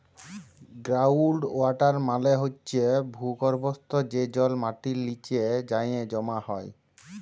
ground water মালে হছে ভূগর্ভস্থ যে জল মাটির লিচে যাঁয়ে জমা হয়